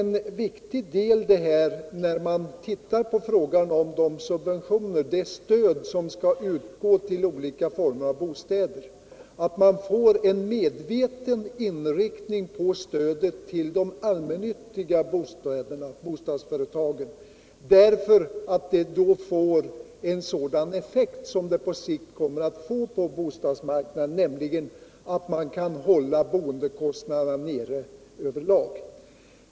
När man ser på frågan om de subventioner som skall utgå till olika former av bostäder är en viktig del att man fåren medveten inriktning av stödet till de allmännyttiga bostadsföretagen, eftersom stödet då får den effekt som det på sikt kommer att få på hela bostadsmarknaden, nämligen att boendekostnaderna kan hållas nere över lag.